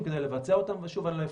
בוחן אותן ומבין שהפעולה היא